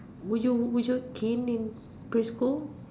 would you would you gain in quit school